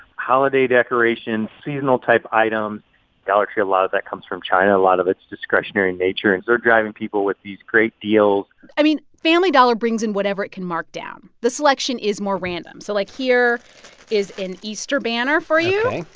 holiday decorations, seasonal-type items dollar tree, a lot of that comes from china. a lot of it's discretionary in nature. and they're driving people with these great deals i mean, family dollar brings in whatever it can mark down. the selection is more random. so, like, here is an easter banner for you